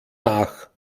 nach